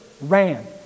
ran